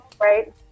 right